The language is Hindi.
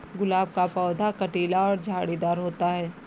गुलाब का पौधा कटीला और झाड़ीदार होता है